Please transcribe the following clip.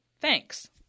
Thanks